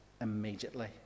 immediately